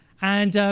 and